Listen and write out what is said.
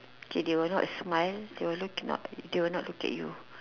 K they will not smile they will look not they will not look at you